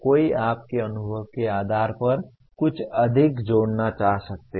कोई आपके अनुभव के आधार पर कुछ अधिक निर्भर जोड़ना चाह सकता है